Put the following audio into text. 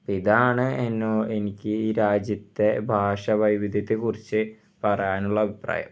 അപ്പം ഇതാണ് എന്നോ എനിക്ക് ഈ രാജ്യത്തെ ഭാഷ വൈവിധ്യത്തെ കുറിച്ച് പറയാനുള്ള അഭിപ്രായം